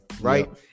right